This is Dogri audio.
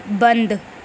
बंद